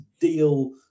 deal